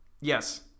Yes